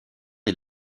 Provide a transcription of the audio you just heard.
est